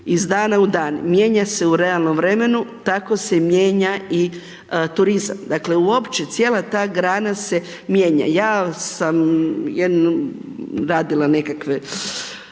iz dana u dan, mijenja se u realnom vremenom, tako se mijenja i turizam, dakle uopće cijela ta grana se mijenja. Ja sam radila nekakve